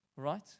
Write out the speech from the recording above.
Right